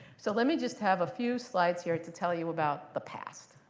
so let me just have a few slides here to tell you about the past.